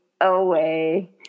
away